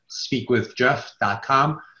speakwithjeff.com